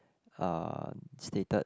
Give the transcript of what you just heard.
uh stated